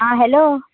आं हॅलो